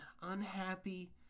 unhappy